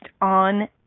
on